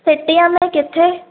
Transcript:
सिटीअ में कीथे